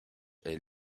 est